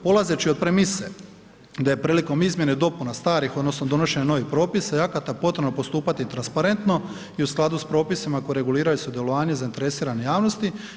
Polazeći od premise da je prilikom izmjena i dopuna starih, odnosno donošenja novih propisa i akata potrebno postupati transparentno i u skladu sa propisima koji reguliraju sudjelovanje zainteresirane javnosti.